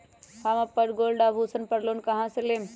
हम अपन गोल्ड आभूषण पर लोन कहां से लेम?